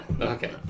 Okay